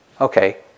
Okay